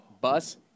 Bus